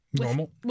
Normal